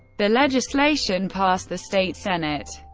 the legislation passed the state senate.